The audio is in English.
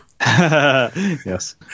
Yes